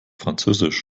französisch